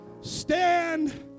stand